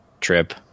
trip